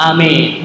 Amen।